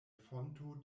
fonto